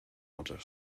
other